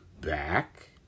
back